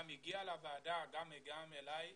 זה גם הגיע לוועדה וגם אליי,